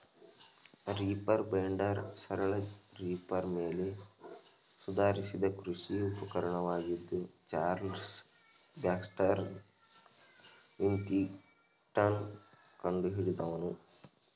reaper binder ಸರಳ reaper ಮೇಲೆ ಸುಧಾರಿಸಿದ ಕೃಷಿ ಉಪಕರಣವಾಗಿದ್ದು ಚಾರ್ಲ್ಸ್ ಬ್ಯಾಕ್ಸ್ಟರ್ ವಿಥಿಂಗ್ಟನ್ ಕಂಡುಹಿಡಿದನು